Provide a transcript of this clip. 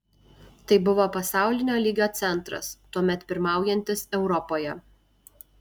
tai buvo pasaulinio lygio centras tuomet pirmaujantis europoje